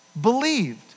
believed